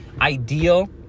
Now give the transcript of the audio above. ideal